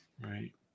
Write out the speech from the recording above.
Right